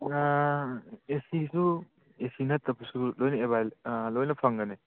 ꯑꯥ ꯑꯦ ꯁꯤꯁꯨ ꯑꯦ ꯁꯤ ꯅꯠꯇꯕꯁꯨ ꯂꯣꯏꯅ ꯂꯣꯏꯅ ꯐꯪꯒꯅꯤ